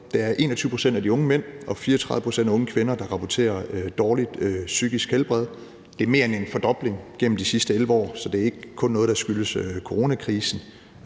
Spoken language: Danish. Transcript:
Der er 21 pct. af de unge mænd og 34 pct. af de unge kvinder, der rapporterer om dårligt psykisk helbred. Det er mere end en fordobling gennem de sidste 11 år, så det er ikke kun noget, der skyldes coronakrisen